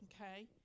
okay